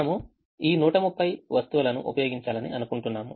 మనము ఈ 130 వస్తువుల ను ఉపయోగించాలని అనుకుంటున్నాము